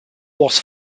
was